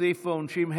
סעיף העונשין),